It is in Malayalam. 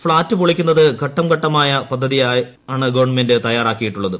ഫ്ളാറ്റ് പൊളിക്കുന്നതിന് ഘട്ടം ഘട്ടമായ പദ്ധതിയാണ് ഗവൺമെന്റ് തയ്യാറാക്കിയിട്ടുള്ളത്